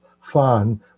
fun